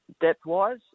depth-wise